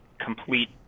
complete